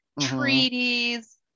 treaties